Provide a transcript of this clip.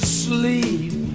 sleep